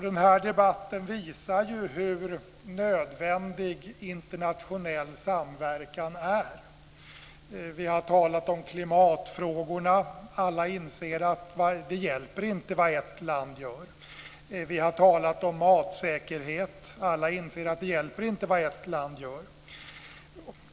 Den här debatten visar ju hur nödvändig internationell samverkan är. Vi har talat om klimatfrågorna. Alla inser att det inte hjälper vad ett land gör. Vi har talat om matsäkerhet, Alla inser att det inte hjälper vad ett land gör.